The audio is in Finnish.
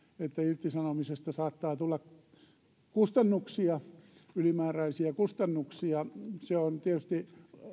että irtisanomisesta saattaa tulla ylimääräisiä kustannuksia se on tietysti